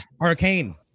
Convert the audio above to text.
Arcane